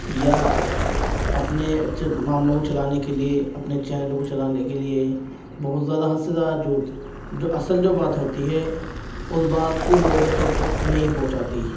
یا اپنے معاملوں کو چلانے کے لیے اپنے چینلوں کو چلانے کے لیے بہت زیادہ حد سے زیادہ جھوت جو اصل جو بات ہوتی ہے اس بات کو لوگوں تک نہیں پہنچاتی